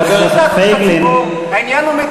הטעיית הציבור, הטעיית הציבור.